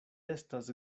estas